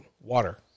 Water